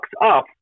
up